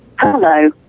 Hello